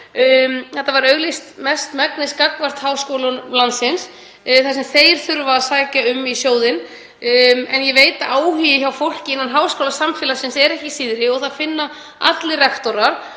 Þetta var mestmegnis auglýst gagnvart háskólum landsins, þar sem þeir þurfa að sækja um í sjóðinn, en ég veit að áhugi hjá fólki innan háskólasamfélagsins er ekki síðri og allir rektorar